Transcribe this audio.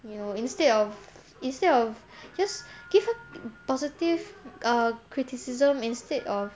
you know instead of instead of just give her positive err criticism instead of